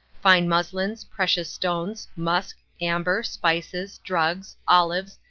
fine muslins, precious stones, musk, amber, spices, drugs, olives,